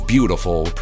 beautiful